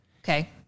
Okay